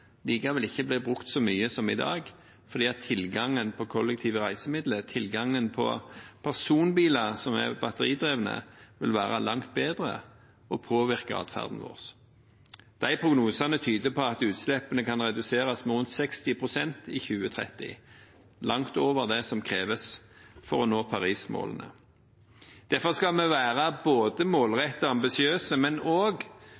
de vil være i garasjene, ikke blir brukt så mye som i dag, fordi tilgangen på kollektive reisemidler, tilgangen på personbiler som er batteridrevne, vil være langt bedre og påvirke atferden vår. De prognosene tyder på at utslippene kan reduseres med rundt 60 pst. i 2030 – langt over det som kreves for å nå Paris-målene. Derfor skal vi være både målrettede og